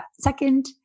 second